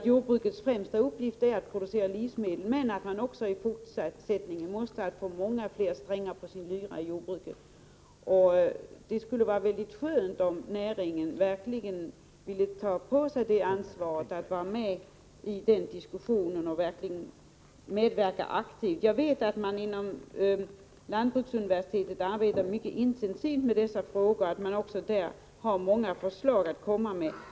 Jordbrukets främsta uppgift är att producera livsmedel, men jordbruket måste i fortsättningen sätta många fler strängar på sin lyra. Det skulle vara mycket skönt om näringen ville ta på sig ansvaret, att vara med i denna diskussion och att medverka aktivt. Jag vet att man inom lantbruksuniversitetet arbetar mycket intensivt med dessa frågor och har många förslag att komma med.